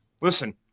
listen